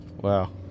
Wow